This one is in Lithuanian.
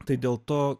tai dėl to